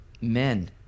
Men